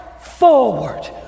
forward